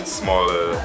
smaller